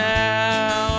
now